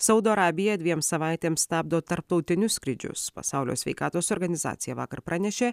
saudo arabija dviem savaitėms stabdo tarptautinius skrydžius pasaulio sveikatos organizacija vakar pranešė